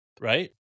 right